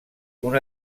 una